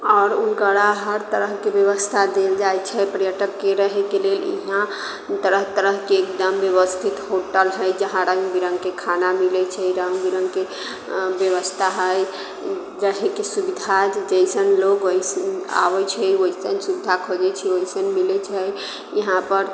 आओर उनकारा हर तरहके ब्यबस्था देल जाइ छै पर्यटक के रहै के लेल इहाँ तरह तरहकेँ एकदम ब्यबस्थित होटल है जहाँ रङ्ग बिरङ्ग के खाना मिलै छै रङ्ग बिरङ्ग के ब्यबस्था है रहै के सुबिधा जइसन लोग वैसने आबै छै वैसन सुबिधा खोजै छै ओइसन मिलै छै इहाँ पर